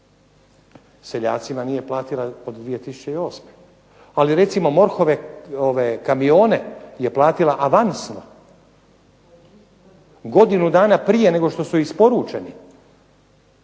Seljacima nije platila od 2008., ali recimo MORH-ove kamione je platila avansno godinu dana prije nego što su isporučeni.